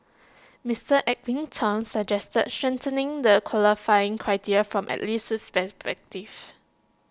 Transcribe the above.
Mister Edwin Tong suggested strengthening the qualifying criteria from at least this perspectives